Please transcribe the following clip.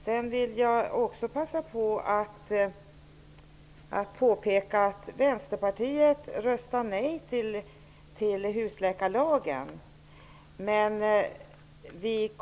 Sedan vill jag också passa på att påpeka att Vänsterpartiet röstade nej till husläkarlagen.